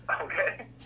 Okay